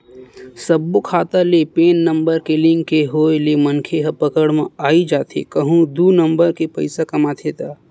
सब्बो खाता ले पेन नंबर के लिंक के होय ले मनखे ह पकड़ म आई जाथे कहूं दू नंबर के पइसा कमाथे ता